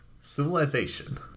civilization